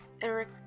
Eric